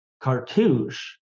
cartouche